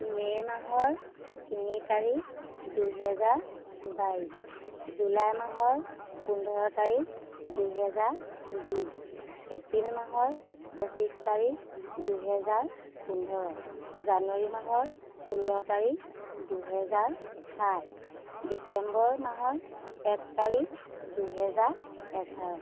মে' মাহৰ তিনি তাৰিখ দুহেজাৰ বাইছ জুলাই মাহৰ পোন্ধৰ তাৰিখ দুহেজাৰ বিছ এপ্ৰিল মাহৰ পঁচিছ তাৰিখ দুহেজাৰ পোন্ধৰ জানুৱাৰী মাহৰ ষোল্ল তাৰিখ দুহেজাৰ সাত ডিচেম্বৰ মাহৰ এক তাৰিখ দুহেজাৰ এঘাৰ